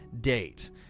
date